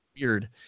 weird